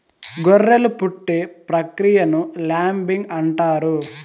గొర్రెలు పుట్టే ప్రక్రియను ల్యాంబింగ్ అంటారు